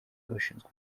y’abashinzwe